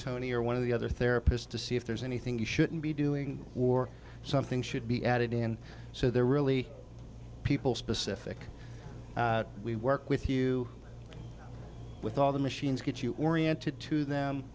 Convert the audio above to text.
tony or one of the other therapists to see if there's anything you shouldn't be doing or something should be added in so they're really people specific we work with you with all the machines get you oriented to them